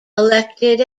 elected